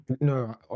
no